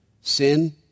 sin